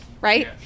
right